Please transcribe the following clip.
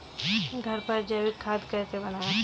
घर पर जैविक खाद कैसे बनाएँ?